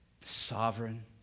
sovereign